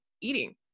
eating